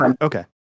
okay